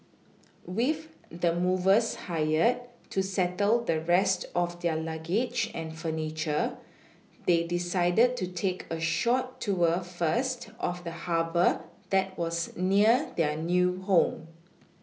with the movers hired to settle the rest of their luggage and furniture they decided to take a short tour first of the Harbour that was near their new home